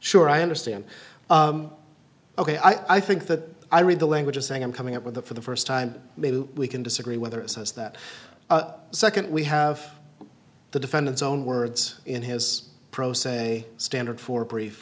sure i understand ok i think that i read the language as saying i'm coming up with the for the first time maybe we can disagree whether it says that second we have the defendant's own words in his pro se standard for brief